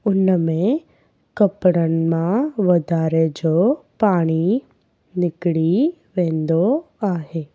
उन में कपिड़नि मां वधारे जो पाणी निकिरी वेंदो आहे